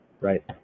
Right